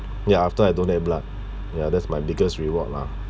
ya after I donate blood ya that's my biggest reward lah